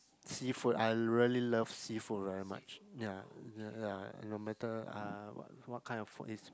seafood I really love seafood very much ya ya no matter uh what what kind of food is